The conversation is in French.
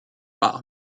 par